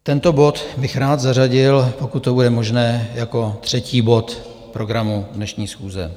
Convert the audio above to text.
Tento bod bych rád zařadil, pokud to bude možné, jako třetí bod programu dnešní schůze.